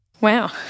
Wow